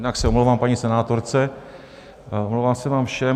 Jednak se omlouvám paní senátorce a omlouvám se vám všem.